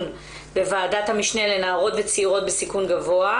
בוועדת המשנה לנערות וצעירות בסיכון גבוה,